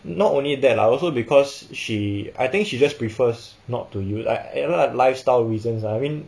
not only that lah also because she I think she just prefers not to use lifestyle reasons ah I mean